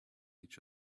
each